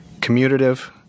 commutative